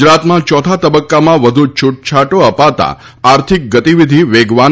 ગુજરાતમાં ચોથા તબક્કામાં વધુ છૂટછાટો અપાતા આર્થિક ગતિવિધિ વેગવાન